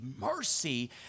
mercy